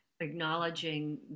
acknowledging